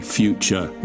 future